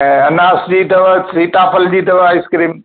ऐं अनास जी अथव सीता फल जी अथव आइस्क्रीम